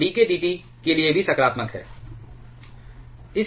तो dk dT के लिए भी सकारात्मक है